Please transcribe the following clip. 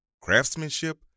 Craftsmanship